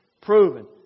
Proven